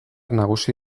nagusi